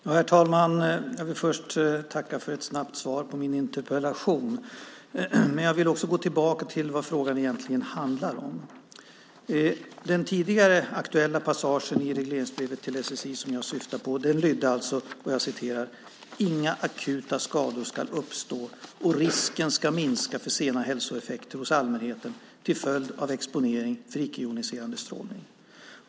Herr talman! Jag vill först tacka för ett snabbt svar på min interpellation. Jag vill dock gå tillbaka till vad frågan egentligen handlar om. Den tidigare aktuella passagen i regleringsbrevet till SSI som jag syftade på lydde alltså: "Inga akuta skador skall uppstå och risken skall minska för sena hälsoeffekter hos allmänheten till följd av exponering för icke-joniserande strålning."